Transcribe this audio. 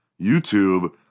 YouTube